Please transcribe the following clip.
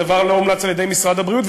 הדבר לא הומלץ על-ידי משרד הבריאות,